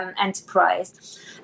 enterprise